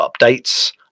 updates